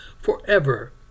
forever